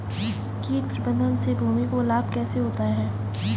कीट प्रबंधन से भूमि को लाभ कैसे होता है?